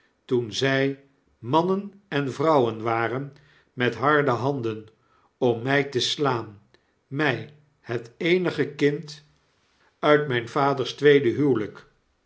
toen zy mannen en vrouwen waren met harde handen om my e slaan my het eenige kind uit myn vaders tweede huwelyk